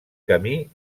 camí